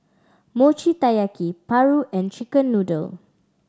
Mochi Taiyaki paru and chicken noodle